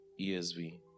ESV